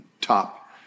top